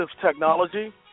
technology